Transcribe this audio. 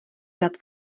dát